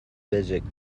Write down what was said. belgique